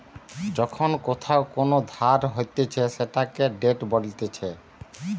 যখন কোথাও কোন ধার হতিছে সেটাকে ডেট বলতিছে